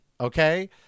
okay